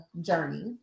journey